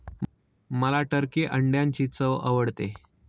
मला टर्की अंड्यांची चव आवडते